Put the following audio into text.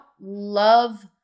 love